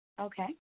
Okay